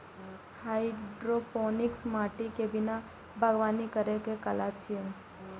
hydroponics माटि के बिना बागवानी करै के कला छियै